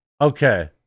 okay